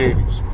80s